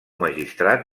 magistrat